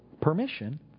permission